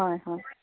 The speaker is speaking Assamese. হয় হয়